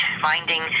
finding